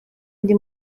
undi